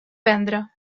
vendre